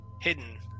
hidden